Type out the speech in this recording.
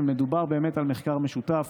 ומדובר באמת על מחקר משותף.